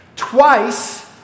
Twice